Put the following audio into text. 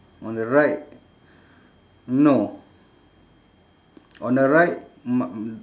on the right no on the right m~